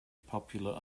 popular